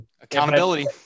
Accountability